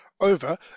over